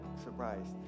surprised